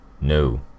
No